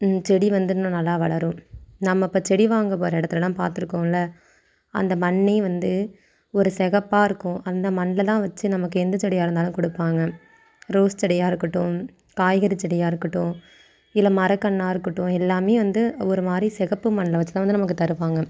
செடி வந்து இன்னும் நல்லா வளரும் நம்ம இப்போ செடி வாங்க போகிற இடத்துலலாம் பார்த்துருக்கோம்ல அந்த மண்ணை வந்து ஒரு சிகப்பா இருக்கும் அந்த மண்ணிலதான் வச்சு நமக்கு எந்த செடியாக இருந்தாலும் கொடுப்பாங்க ரோஸ் செடியாக இருக்கட்டும் காய்கறி செடியாக இருக்கட்டும் இல்லை மரக்கன்றா இருக்கட்டும் எல்லாமே வந்து ஒரு மாதிரி சிகப்பு மண்ணில வச்சு தான் வந்து நமக்கு வந்து தருவாங்க